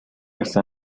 está